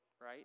right